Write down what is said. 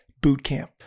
Bootcamp